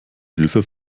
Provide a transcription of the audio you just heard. hilfe